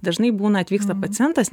dažnai būna atvyksta pacientas